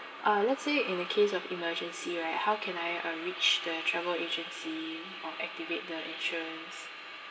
uh let's say in the case of emergency right how can I uh reach the travel agency or activate the insurance